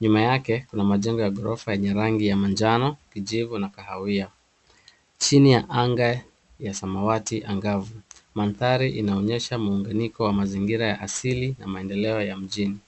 Nyuma yake kuna majengo ya ghorofa yenye rangi ya manjano kijivu na kahawia. Chini ya anga ya samawati angavu, mandhari inayoonyesha muunganiko wa mazingira ya asili na maendeleo ya mjini.